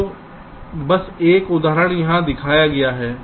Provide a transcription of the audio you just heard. तो बस एक उदाहरण यहाँ दिखाया गया है